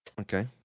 Okay